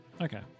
Okay